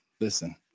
listen